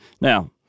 Now